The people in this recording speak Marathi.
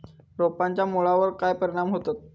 रोपांच्या मुळावर काय परिणाम होतत?